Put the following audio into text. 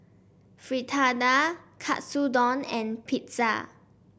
Fritada Katsudon and Pizza